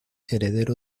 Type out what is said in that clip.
heredero